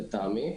לטעמי.